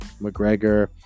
McGregor